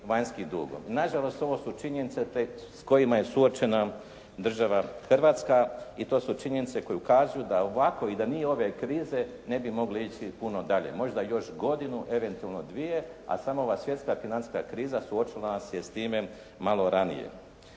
Nažalost ovo su činjenice s kojima je suočena država Hrvatska i to su činjenice koje ukazuju da ovako i da nije ove krize ne bi mogli ići puno dalje. Možda još godinu, eventualno dvije a samo ova svjetska financijska kriza suočila nas je s time malo ranije.